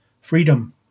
freedom